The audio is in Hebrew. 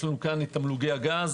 יש פה העלייה בתמלוגי הגז.